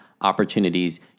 opportunities